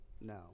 No